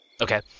Okay